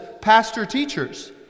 pastor-teachers